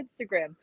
Instagram